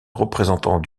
représentant